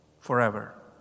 forever